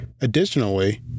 Additionally